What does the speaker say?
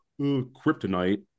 kryptonite